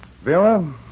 Vera